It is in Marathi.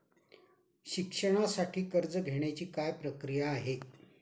शिक्षणासाठी कर्ज घेण्याची काय प्रक्रिया आहे?